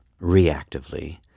reactively